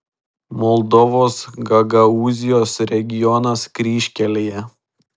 moldovos gagaūzijos regionas kryžkelėje